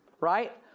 right